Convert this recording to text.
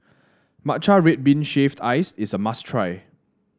Matcha Red Bean Shaved Ice is a must try